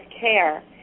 care